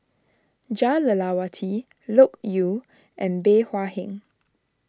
Jah Lelawati Loke Yew and Bey Hua Heng